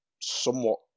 somewhat